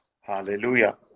hallelujah